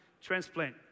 transplant